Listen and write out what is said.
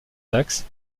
taxes